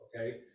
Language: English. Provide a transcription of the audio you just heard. okay